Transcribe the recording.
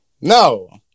No